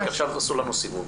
כי עכשיו עשו לנו סיבוב.